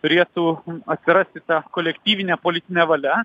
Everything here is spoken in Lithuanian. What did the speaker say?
turėtų atsirasti ta kolektyvinė politinė valia